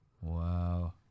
Wow